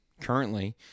currently